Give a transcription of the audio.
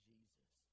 Jesus